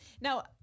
Now